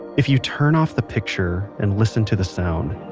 if you turn off the picture and listen to the sound,